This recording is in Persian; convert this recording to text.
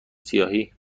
سیاهی